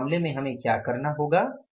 तो इस मामले में हमें क्या करना होगा